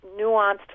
nuanced